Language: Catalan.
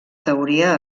teoria